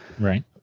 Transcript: right